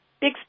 Big